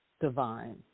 divine